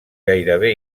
gairebé